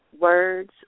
words